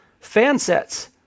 Fansets